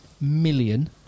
million